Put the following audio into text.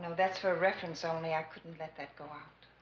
that's for a reference only i couldn't let that go out.